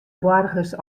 boargers